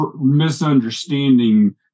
misunderstanding